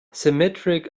symmetric